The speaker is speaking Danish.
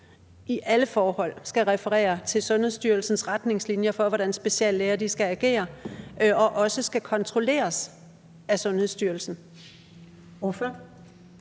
i alle forhold skal referere til Sundhedsstyrelsens retningslinjer for, hvordan speciallæger skal agere, og også skal kontrolleres af Sundhedsstyrelsen?